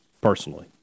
personally